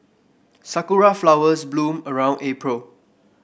sakura flowers bloom around April